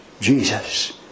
Jesus